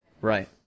Right